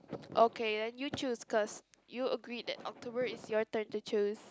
okay then you choose cause you agreed that October is your turn to choose